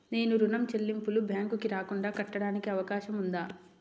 నేను ఋణం చెల్లింపులు బ్యాంకుకి రాకుండా కట్టడానికి అవకాశం ఉందా?